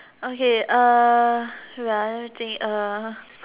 okay uh wait ah let me think uh